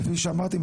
כפי שאמרתי,